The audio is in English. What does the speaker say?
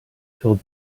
told